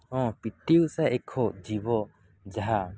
ହଁ P T Usha ଏକ ଜୀବ ଯାହା